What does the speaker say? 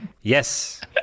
Yes